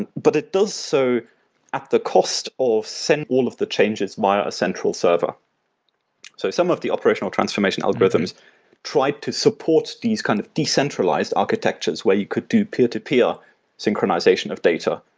and but it does so at the cost of send all of the changes via a central server so some of the operational transformation algorithms tried to support these kind of decentralized architectures, where you could do peer-to-peer synchronization of data.